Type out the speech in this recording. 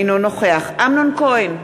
אינו נוכח אמנון כהן,